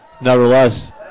nevertheless